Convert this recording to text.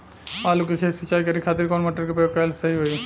आलू के खेत सिंचाई करे के खातिर कौन मोटर के प्रयोग कएल सही होई?